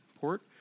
port